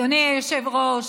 אדוני היושב-ראש,